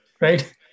right